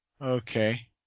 Okay